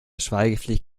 schweigepflicht